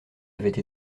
avaient